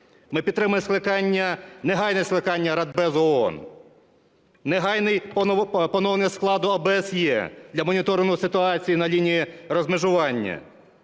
Ми підтримуємо скликання, негайне скликання Радбез ООН, негайне поновлення складу ОБСЄ для моніторингу ситуації на лінії розмежування.